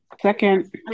Second